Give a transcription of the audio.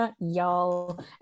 y'all